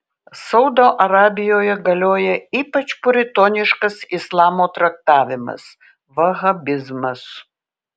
saudo arabijoje galioja ypač puritoniškas islamo traktavimas vahabizmas